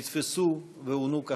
נתפסו ועונו קשות.